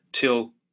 till